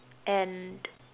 and